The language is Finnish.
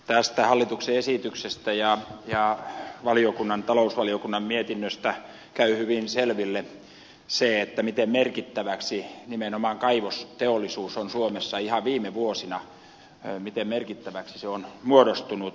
tästä hallituksen esityksestä ja talousvaliokunnan mietinnöstä käy hyvin selville se miten merkittäväksi nimenomaan kaivosteollisuus on suomessa ihan viime vuosina muodostunut